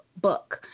book